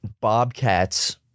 Bobcats